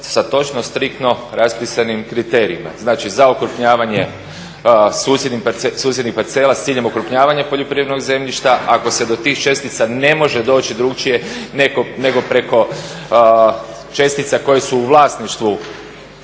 sa točno striktno raspisanim kriterijima. Znači za okrupnjavanje susjednih parcela s ciljem okrupnjavanja poljoprivrednog zemljišta, ako se do tih čestica ne može doći drukčije nego preko čestica koje su u vlasništvu